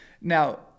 Now